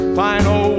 final